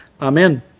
Amen